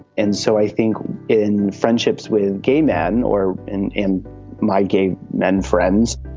and so i think in friendships with gay men or in in my gay men, friends,